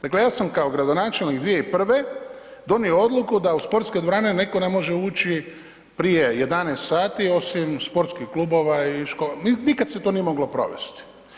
Dakle, ja sam kao gradonačelnik 2001. donio odluku da u sportske dvorane netko ne može ući prije 11 sati, osim sportskih klubova i nikad se to nije moglo provest.